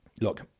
Look